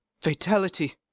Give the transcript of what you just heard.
fatality